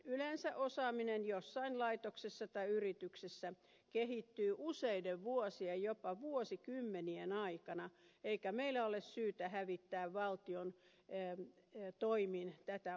yleensä osaaminen jossain laitoksessa tai yrityksessä kehittyy useiden vuosien jopa vuosikymmenien aikana eikä meillä ole syytä hävittää valtion toimin tätä osaamista